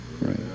Right